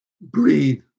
Breathe